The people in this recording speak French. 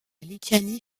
lituanie